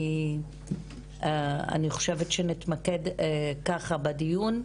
אני חושבת שנתמקד כך בדיון,